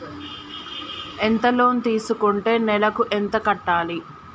ఎంత లోన్ తీసుకుంటే నెలకు ఎంత కట్టాలి?